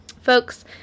Folks